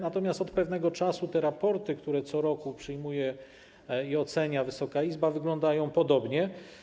Natomiast od pewnego czasu te raporty, które co roku przyjmuje i ocenia Wysoka Izba, wyglądają podobnie.